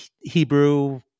Hebrew